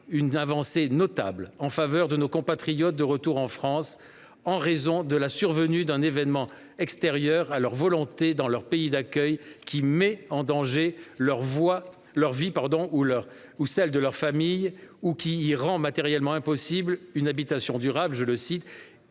une avancée notable en faveur de nos compatriotes de retour en France qui, « en raison de la survenue d'un événement extérieur à leur volonté dans leur pays d'accueil qui met en danger leur vie ou celle de leur famille ou qui y rend matériellement impossible une habitation durable, ont été